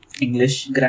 English